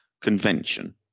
convention